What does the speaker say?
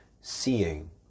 seeing